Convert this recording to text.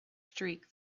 streak